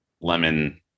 lemon